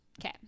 okay